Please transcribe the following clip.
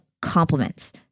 compliments